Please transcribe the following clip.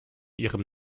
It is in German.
ihrem